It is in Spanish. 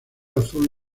azul